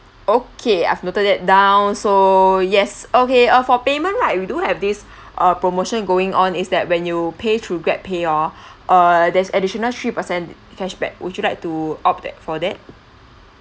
okay I've noted that down so yes okay uh for payment right we do have this uh promotion going on is that when you pay through grab pay oh err there's additional three percent cashback would you like to opt that for that